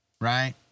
right